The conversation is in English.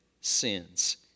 sins